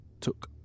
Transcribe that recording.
took